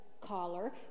collar